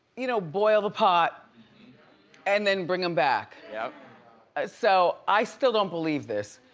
you know, boil the pot and then bring em back. yeah ah so, i still don't believe this.